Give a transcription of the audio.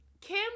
Kim